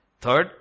Third